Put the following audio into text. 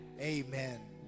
amen